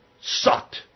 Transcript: Sucked